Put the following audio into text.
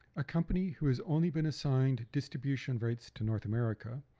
a company who has only been assigned distribution rights to north america,